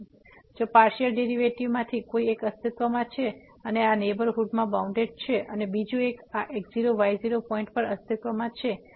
તેથી જો partial derivative માંથી કોઈ એક અસ્તિત્વમાં છે અને આ નેહબરહુડમાં બાઉન્ડેડ છે અને બીજુ એક આ x0 y0 પોઈન્ટ પર અસ્તિત્વમાં છે